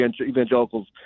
evangelicals